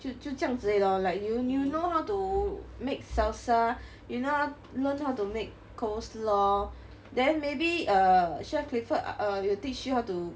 就就这样子而已 lor like you you know how to make salsa you know how you learn how to make coleslaw then maybe err chef clifford will teach you how to